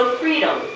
freedom